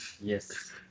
Yes